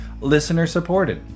listener-supported